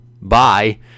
Bye